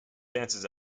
dances